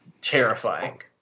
terrifying